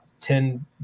Ten